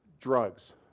drugs